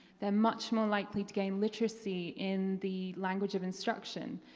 they're much more likely to gain literacy in the language of instruction.